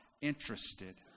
interested